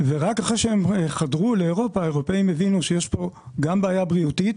רק אחרי שהם חדרו לאירופה האירופאים הבינו שיש פה בעיה בריאותית.